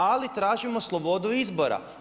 Ali tražimo slobodu izbora.